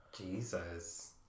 Jesus